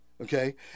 okay